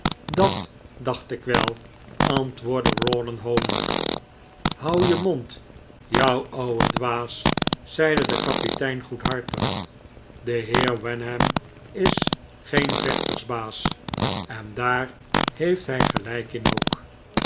dat dacht ik wel antwoordde rawdon hoonend houd je mond jouw ouwe dwaas zeide de kapitein goedhartig de heer wenham is geen vechtersbaas en daar heeft hij gelijk in ook